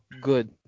good